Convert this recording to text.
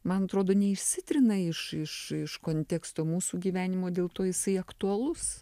man atrodo neišsitrina iš iš iš konteksto mūsų gyvenimo dėl to jisai aktualus